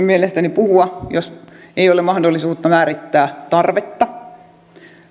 mielestäni puhua jos ei ole mahdollisuutta määrittää tarvetta